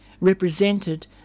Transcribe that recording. represented